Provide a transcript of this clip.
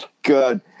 Good